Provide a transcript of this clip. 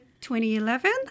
2011